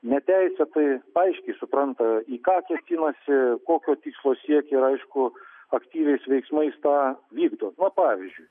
neteisėtai aiškiai supranta į ką kėsinasi kokio tikslo siekia aišku aktyviais veiksmais tą vykdo nu pavyzdžiui